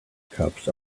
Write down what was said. cups